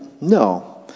No